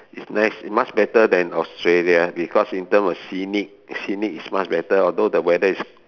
it's nice much better than Australia because in terms of scenic scenic is much better although the weather is